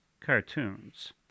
cartoons